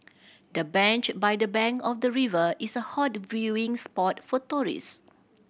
the bench by the bank of the river is a hot viewing spot for tourist